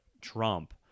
Trump